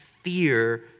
fear